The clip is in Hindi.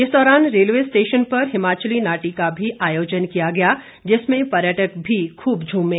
इस दौरान रेलवे स्टेशन पर हिमाचली नाटी का भी आयोजन किया गया जिसमें पर्यटक भी खूब झूमे